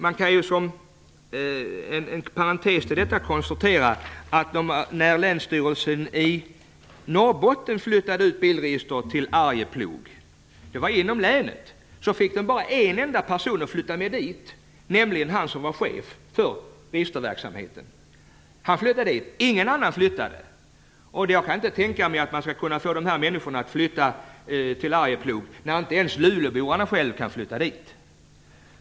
Inom parentes kan jag konstatera att när Länsstyrelsen i Norrbottens län flyttade ut bilregistret till Arjeplog fick man bara en enda person att flytta med, och då var det ändå fråga om en flyttning inom länet. Chefen för registerverksamheten flyttade med, men ingen annan gjorde det. Jag kan inte tänka mig att man kommer att få de människor som det här gäller att flytta till Arjeplog, när inte ens luleborna kan flytta dit.